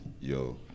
Yo